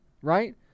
right